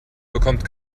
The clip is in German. bekommt